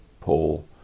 Paul